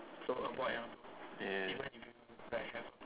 ya